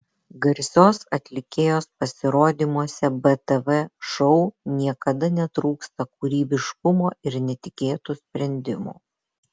garsios atlikėjos pasirodymuose btv šou niekada netrūksta kūrybiškumo ir netikėtų sprendimų